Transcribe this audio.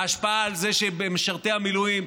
ההשפעה היא על זה שמשרתי המילואים,